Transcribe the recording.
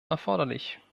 erforderlich